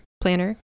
planner